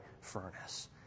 furnace